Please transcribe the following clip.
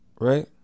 Right